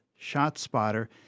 ShotSpotter